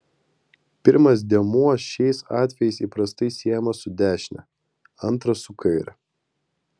pirmas dėmuo šiais atvejais įprastai siejamas su dešine antras su kaire